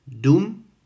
Doom